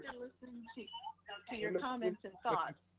ah listening to your comments and thoughts,